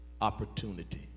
opportunity